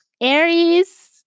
Aries